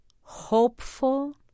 hopeful